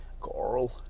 Coral